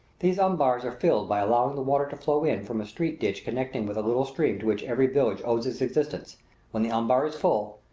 these umbars are filled by allowing the water to flow in from a street ditch connecting with the little stream to which every village owes its existence when the umbar is full,